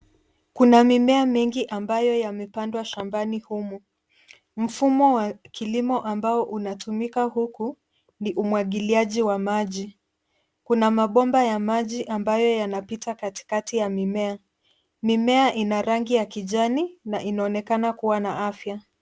Kuna mimea mingi ambayo yamepandwa shambani humu. Mfumo wa kilimo ambao unatumika huku ni umwagiliaji wa maji. Kuna mabomba ya maji ambayo yanapita katikati ya mimea. Mimea ina rangi ya kijani, na inaonekana kua na afya.